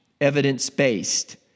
evidence-based